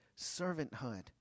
servanthood